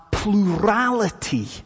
plurality